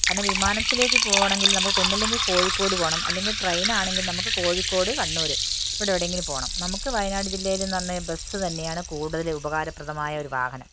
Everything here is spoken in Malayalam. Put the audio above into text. കാരണം വിമാനത്തിലേക്ക് പോകണമെങ്കിൽ നമുക്ക് ഒന്നുമില്ലെങ്കിൽ കോഴിക്കോട് പോകണം അല്ലെങ്കിൽ ട്രെയിൻ ആണെങ്കിൽ നമുക്ക് കോഴിക്കോട് കണ്ണൂർ ഇവിടെ എവിടെയെങ്കിലും പോകണം നമുക്ക് വയനാട് ജില്ലയിൽ എന്നു പറഞ്ഞാൽ ബസ്സ് തന്നെയാണ് കൂടുതലും ഉപകാരപ്രദമായ ഒരു വാഹനം